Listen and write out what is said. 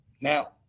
now